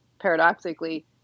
paradoxically